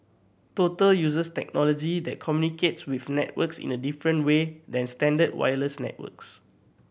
total uses technology that communicates with networks in a different way than standard wireless networks